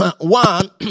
one